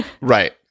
Right